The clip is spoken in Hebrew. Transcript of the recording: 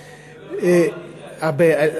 במירכאות,